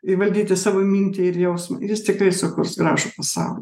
įvaldyti savo mintį ir jausmą jis tikrai sukurs gražų pasaulį